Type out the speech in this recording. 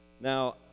now